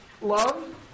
love